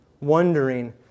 wondering